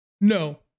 No